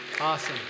Awesome